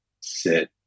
sit